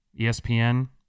ESPN